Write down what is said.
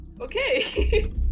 okay